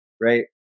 right